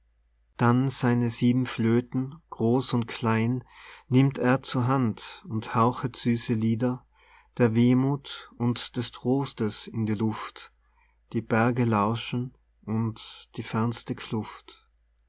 dann seine sieben flöten groß und klein nimmt er zur hand und hauchet süße lieder der wehmuth und des trostes in die luft die berge lauschen und die fernste kluft